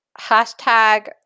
Hashtag